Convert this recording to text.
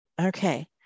Okay